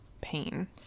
pain